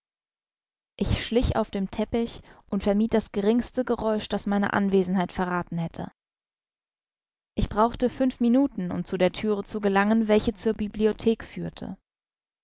ich schlich auf dem teppich und vermied das geringste geräusch das meine anwesenheit verrathen hätte ich brauchte fünf minuten um zu der thüre zu gelangen welche zur bibliothek führte